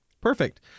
perfect